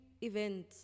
event